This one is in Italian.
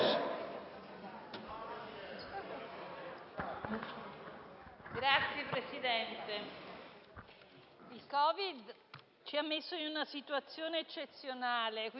Signor Presidente, il Covid ci ha messo in una situazione eccezionale, quindi è assurdo